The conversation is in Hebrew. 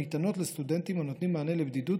הניתנות לסטודנטים הנותנים מענה לבדידות